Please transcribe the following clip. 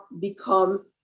become